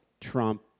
Trump